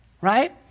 right